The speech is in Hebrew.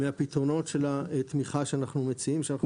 מהפתרונות של התמיכה שאנחנו מציעים.